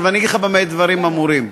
ואני אגיד לך במה דברים אמורים.